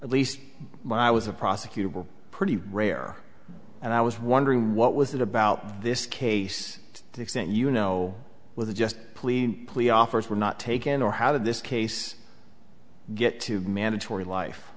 at least when i was a prosecutor were pretty rare and i was wondering what was it about this case to the extent you know with just plead plea offers were not taken or how did this case get to mandatory life